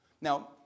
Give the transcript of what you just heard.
Now